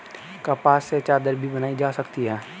कपास से चादर भी बनाई जा सकती है